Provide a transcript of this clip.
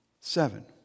seven